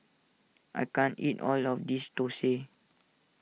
I can't eat all of this Thosai